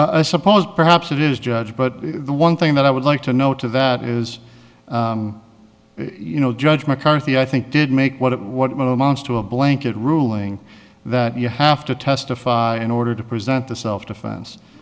i suppose perhaps it is judge but the one thing that i would like to note of that is you know judge mccarthy i think did make what it what amounts to a blanket ruling that you have to testify in order to present the self defense